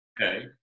Okay